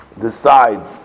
decide